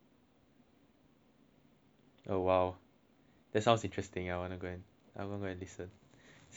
oh !wow! that's sounds interesting ah I want to go and I want to go and listen send it to me eh later